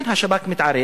כן, השב"כ מתערב,